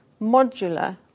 modular